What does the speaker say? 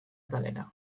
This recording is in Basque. atalera